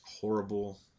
horrible